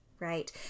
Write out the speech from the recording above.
Right